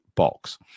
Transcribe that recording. Box